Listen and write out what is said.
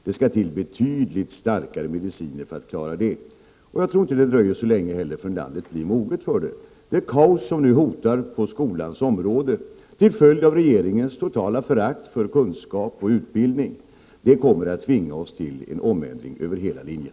Det skall till betydligt starkare mediciner för att klara av den här frågan. Jag tror inte heller att det dröjer så länge innan landet blir moget för detta. Det kaos som nu hotar på skolans område till följd av regeringens totala förakt för kunskap och utbildning kommer att tvinga oss till en omändring över hela linjen.